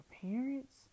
parents